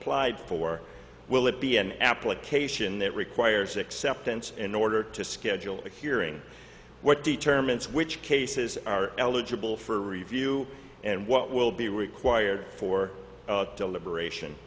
applied for will it be an application that requires acceptance in order to schedule a hearing what determines which cases are eligible for review and what will be required for deliberation